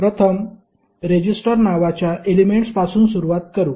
प्रथम रेजिस्टर नावाच्या एलेमेंट्सपासून सुरूवात करू